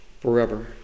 forever